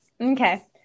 Okay